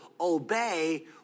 obey